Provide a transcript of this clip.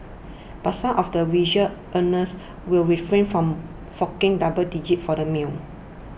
but some of the visual earners will refrain from forking double digits for the meal